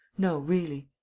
no, really.